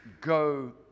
go